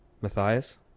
Matthias